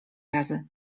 razy